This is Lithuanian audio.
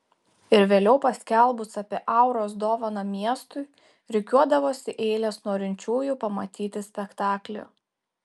ir vėliau paskelbus apie auros dovaną miestui rikiuodavosi eilės norinčiųjų pamatyti spektaklį